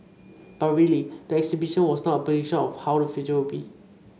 but really the exhibition was not a prediction of how the future will be